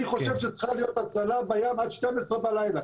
אני חושב שצריכה להיות הצלה בים עד 24 בלילה.